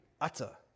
utter